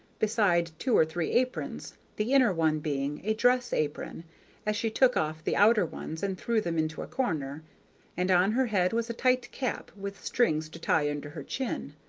beside two or three aprons, the inner one being a dress-apron, as she took off the outer ones and threw them into a corner and on her head was a tight cap, with strings to tie under her chin.